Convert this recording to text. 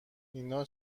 اینا